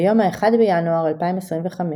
ביום 1.1.2025,